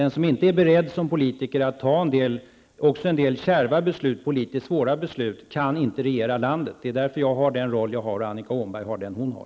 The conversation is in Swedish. Den som inte som politiker är beredd att fatta också en del kärva beslut, en del politiskt svåra beslut, kan inte regera landet. Det är därför jag har den roll jag har och Annika Åhnberg har den hon har.